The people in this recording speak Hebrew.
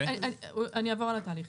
אני אעבור על התהליך.